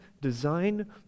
design